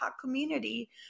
community